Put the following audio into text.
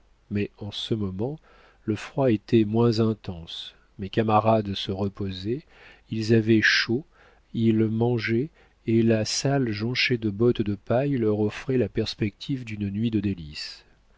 mais en ce moment le froid était moins intense mes camarades se reposaient ils avaient chaud ils mangeaient et la salle jonchée de bottes de paille leur offrait la perspective d'une nuit de délices